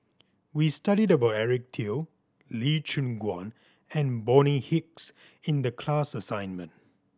we studied about Eric Teo Lee Choon Guan and Bonny Hicks in the class assignment